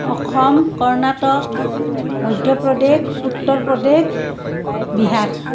Assam Karnataka Madhya Pradesh Uttar Pradesh Bihar